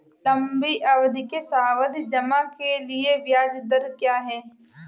लंबी अवधि के सावधि जमा के लिए ब्याज दर क्या है?